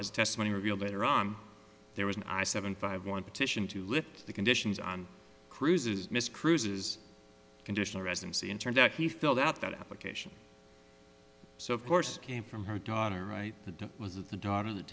as testimony revealed there was an i seventy five one petition to lift the conditions on cruises miss cruises conditional residency and turned out he filled out that application so of course came from her daughter right the was it the daughter that